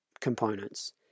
components